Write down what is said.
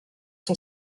son